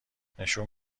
نشون